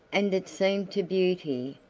and it seemed to beauty,